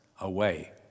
away